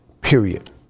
period